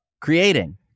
creating